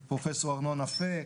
פרופ' ארנון אפק,